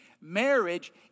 Marriage